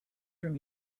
from